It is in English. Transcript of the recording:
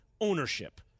ownership